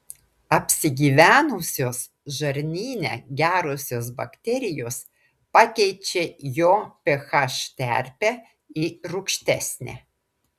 apsigyvenusios žarnyne gerosios bakterijos pakeičia jo ph terpę į rūgštesnę